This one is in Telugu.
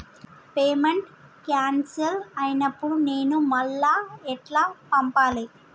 పేమెంట్ క్యాన్సిల్ అయినపుడు నేను మళ్ళా ఎట్ల పంపాలే?